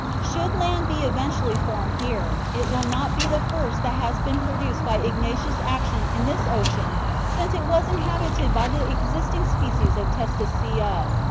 should land be eventually formed here, it will not be the first that has been produced by igneous action in this ocean since it was inhabited by the existing species of testacea.